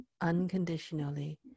unconditionally